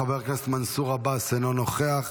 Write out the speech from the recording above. חבר הכנסת מנסור עבאס, אינו נוכח.